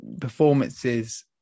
performances